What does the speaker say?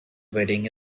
wedding